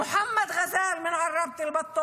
מוחמד גזאל מעראבה,